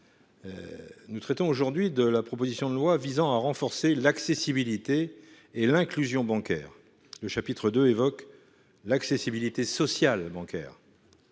Nous traitons aujourd'hui de la proposition de loi visant à renforcer l'accessibilité et l'inclusion bancaire le chapitre II évoque l'accessibilité sociale bancaire.